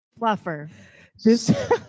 Fluffer